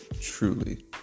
truly